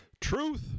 Truth